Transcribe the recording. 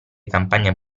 campagna